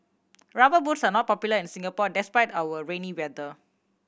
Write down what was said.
Rubber Boots are not popular in Singapore despite our rainy weather